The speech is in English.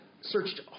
searched